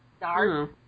dark